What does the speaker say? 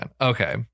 okay